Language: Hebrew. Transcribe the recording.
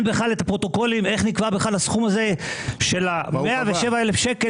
בכלל את הפרוטוקולים של איך נקבע הסכום של ה-107,000 ₪,